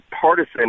partisan